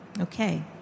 Okay